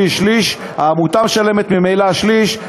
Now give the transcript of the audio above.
שליש ושליש: העמותה משלמת ממילא שליש,